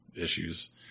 issues